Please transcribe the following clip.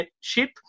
ship